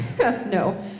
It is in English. no